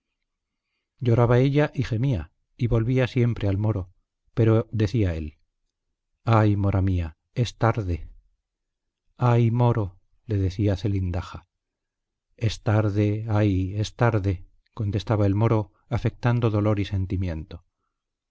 lloraba ella y gemía y volvía siempre al moro pero decía él ay mora mía es tarde ay moro le decía zelindaja es tarde ay es tarde contestaba el moro afectando dolor y sentimiento